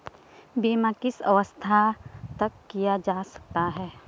बीमा किस अवस्था तक किया जा सकता है?